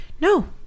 no